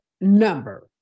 number